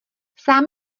sám